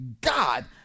God